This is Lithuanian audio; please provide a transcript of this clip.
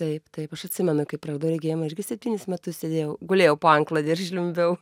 taip taip aš atsimenu kai praradau regėjimą irgi septynis metus sėdėjau gulėjau po antklode ir žliumbiau